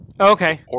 Okay